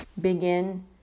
Begin